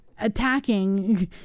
attacking